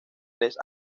tres